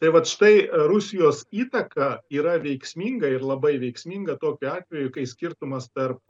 tai vat štai rusijos įtaka yra veiksminga ir labai veiksminga tokiu atveju kai skirtumas tarp